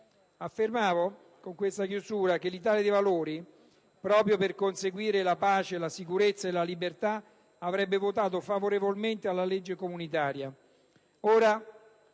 affermavo che l'Italia dei Valori, proprio per conseguire la pace, la sicurezza e la libertà, avrebbe votato favorevolmente alla legge comunitaria.